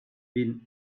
been